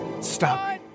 stop